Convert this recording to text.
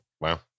Wow